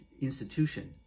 institution